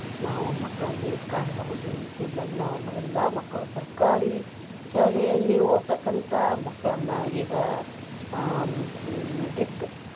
ನಾವು ಮಕ್ಕಳಲ್ಲಿ ಕಾಣ್ಬಹುದು ಇತ್ತಿತ್ಲಗೆ ನಾವು ಮ ಎಲ್ಲಾ ಮಕ್ಕಳು ಸರ್ಕಾರಿ ಶಾಲೆಯಲ್ಲಿ ಓದ್ತಕ್ಕಂಥ ಮಕ್ಕಳನ್ನ ಈಗ ಮೆಟ್ರಿಕ್